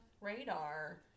radar